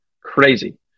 Crazy